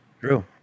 True